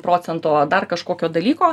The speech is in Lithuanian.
procento dar kažkokio dalyko